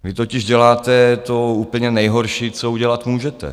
Vy totiž děláte to úplně nejhorší, co udělat můžete.